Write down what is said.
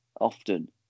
often